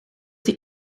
die